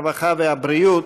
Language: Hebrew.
הרווחה והבריאות,